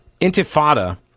Intifada